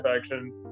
action